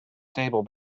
stable